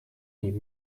niet